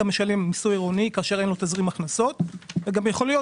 משלם מיסוי עירוני כאשר אין לו תזרים הכנסות; וגם יכולים